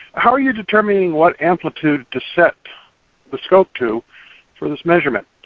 how are you determining what amplitude to set the scope to for this measurement?